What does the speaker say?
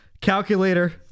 calculator